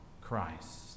Christ